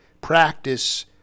practice